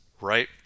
right